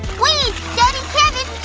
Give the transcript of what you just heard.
wait. daddy kevin,